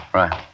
right